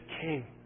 King